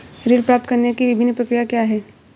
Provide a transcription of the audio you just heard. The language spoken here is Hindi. ऋण प्राप्त करने की विभिन्न प्रक्रिया क्या हैं?